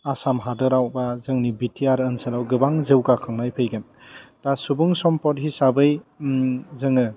आसाम हादोराव बा जोंनि बिटिआर ओनसोलाव गोबां जौगाखांनाय फैगोन दा सुबुं सम्फद हिसाबै जोङो